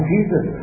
Jesus